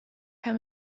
how